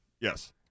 Yes